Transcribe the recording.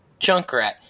Junkrat